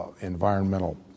environmental